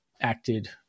acted